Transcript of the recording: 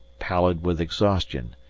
pallid with exhaustion,